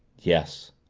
yes,